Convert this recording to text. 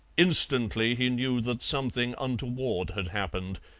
instantly he knew that something untoward had happened,